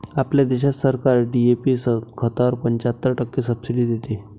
आपल्या देशात सरकार डी.ए.पी खतावर पंच्याहत्तर टक्के सब्सिडी देते